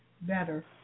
better